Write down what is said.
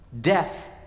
death